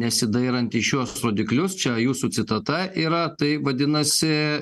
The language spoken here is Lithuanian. nesidairant į šiuos rodiklius čia jūsų citata yra tai vadinasi